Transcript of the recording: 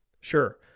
Sure